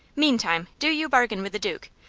meantime, do you bargain with the duke,